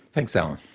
thanks, alan.